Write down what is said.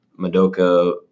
Madoka